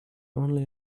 only